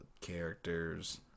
characters